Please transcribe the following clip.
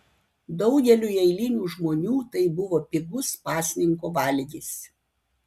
daugeliui eilinių žmonių tai buvo pigus pasninko valgis